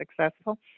Successful